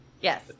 Yes